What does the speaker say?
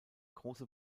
große